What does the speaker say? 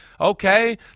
okay